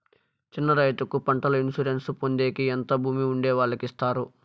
చిన్న రైతుకు పంటల ఇన్సూరెన్సు పొందేకి ఎంత భూమి ఉండే వాళ్ళకి ఇస్తారు?